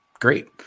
great